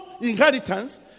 inheritance